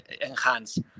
enhance